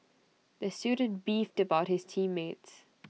the student beefed about his team mates